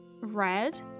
red